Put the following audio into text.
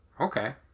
okay